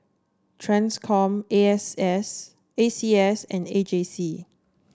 Transcom A S S A C S and A J C